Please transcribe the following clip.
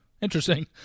Interesting